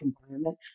environment